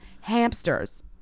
hamsters